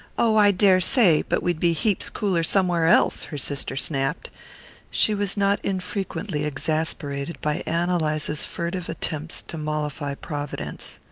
oh, i daresay but we'd be heaps cooler somewhere else, her sister snapped she was not infrequently exasperated by ann eliza's furtive attempts to mollify providence.